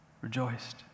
rejoiced